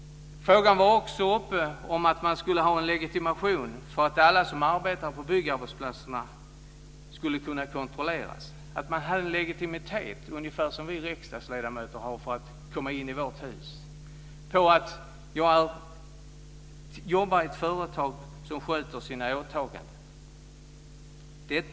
Frågan var också uppe om att ha en legitimation för att alla som arbetar på byggarbetsplatserna skulle kunna kontrolleras. De skulle ha legitimation, ungefär som vi riksdagsledamöter har för att komma in i vårt hus, för att visa att de jobbar i ett företag som sköter sina åtaganden.